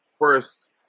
first